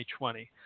2020